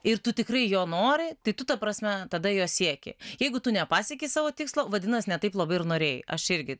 ir tu tikrai jo nori tai tu ta prasme tada jo sieki jeigu tu nepasieki savo tikslo vadinas ne taip labai ir norėjai aš irgi